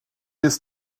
ist